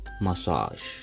Massage